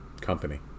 company